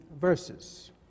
verses